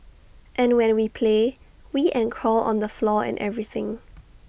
and when we play we and crawl on the floor and everything